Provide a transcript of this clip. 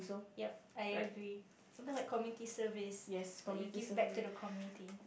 yup I agree something like community service like you give back to the community